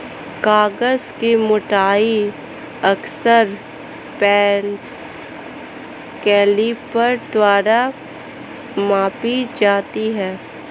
कागज की मोटाई अक्सर कैलीपर द्वारा मापी जाती है